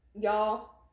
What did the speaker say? y'all